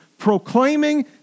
proclaiming